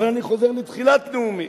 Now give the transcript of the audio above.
אבל אני חוזר לתחילת נאומי,